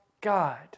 God